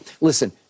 Listen